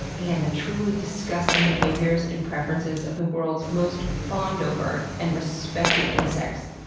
and the truly disgusting behaviors and preferences of the world's most fawned-over and respected insects.